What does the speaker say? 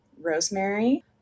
Rosemary